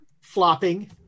flopping